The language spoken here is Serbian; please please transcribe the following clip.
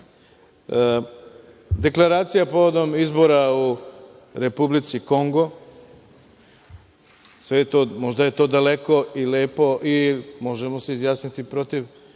dekleracija povodom izbora u Republici Kongo. Sve je to, možda je to daleko i lepo i možemo se izjasniti protiv,